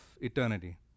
Eternity